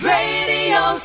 Radio